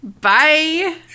Bye